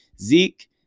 Zeke